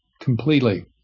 completely